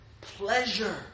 pleasure